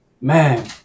man